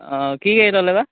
অঁ কি গাড়ী ল'লে বা